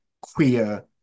queer